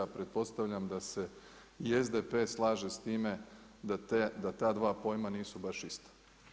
Pretpostavljam da se i SDP slaže sa time da ta dva pojma nisu baš ista.